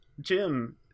Jim